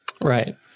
Right